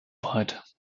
weit